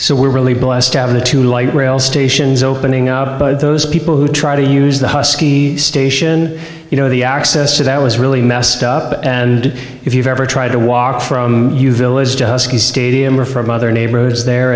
so we're really blessed to have the two light rail stations opening up but those people who try to use the husky station you know the access to that was really messed up and if you've ever tried to walk from the stadium or from other neighborhoods there